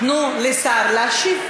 תנו לשר להשיב.